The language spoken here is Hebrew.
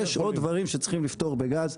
יש עוד דברים שצריך לפתור בגז.